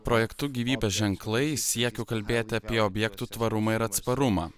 projektu gyvybės ženklai siekiu kalbėti apie objektų tvarumą ir atsparumą